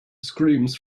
screams